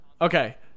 Okay